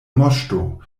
moŝto